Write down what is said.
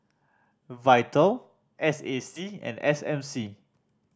Vital S A C and S M C